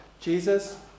jesus